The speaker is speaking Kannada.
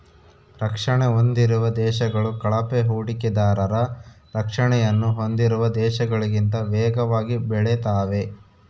ರಕ್ಷಣೆ ಹೊಂದಿರುವ ದೇಶಗಳು ಕಳಪೆ ಹೂಡಿಕೆದಾರರ ರಕ್ಷಣೆಯನ್ನು ಹೊಂದಿರುವ ದೇಶಗಳಿಗಿಂತ ವೇಗವಾಗಿ ಬೆಳೆತಾವೆ